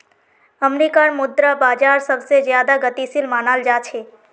अमरीकार मुद्रा बाजार सबसे ज्यादा गतिशील मनाल जा छे